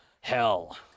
hell